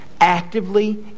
actively